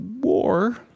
war